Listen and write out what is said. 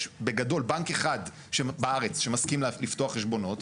בגדול בנק אחד בארץ שמסכים לפתוח חשבונות.